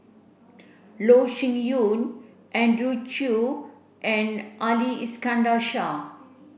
Loh Sin Yun Andrew Chew and Ali Iskandar Shah